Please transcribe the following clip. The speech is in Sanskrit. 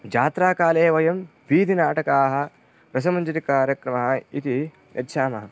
जात्राकाले वयं बीदिनाटकाः रसमञ्जरिकार्यक्रमाः इति यच्छामः